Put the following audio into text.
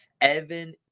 Evan